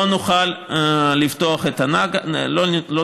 לא נוכל לפתוח את הנחל.